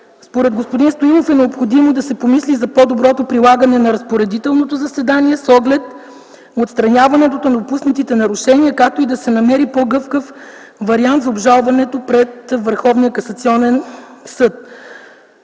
Според господин Стоилов е необходимо да се помисли и за по-доброто прилагане на разпоредителното заседание с оглед отстраняването на допуснатите нарушения, както и да се намери по-гъвкав вариант за обжалването пред Върховния касационен съд.